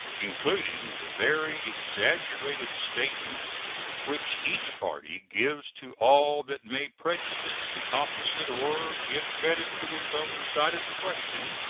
including the very exaggerated statements which each party gives to all that may prejudice the opposite or give credit to its own side of the question,